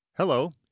Hello